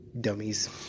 Dummies